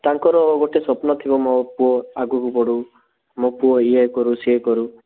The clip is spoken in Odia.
ତାଙ୍କର ଗୋଟେ ସ୍ୱପ୍ନ ଥିବ ମୋ ପୁଅ ଆଗକୁ ବଢ଼ୁ ମୋ ପୁଅ ଇଏ କରୁ ସିଏ କରୁ